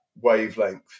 wavelength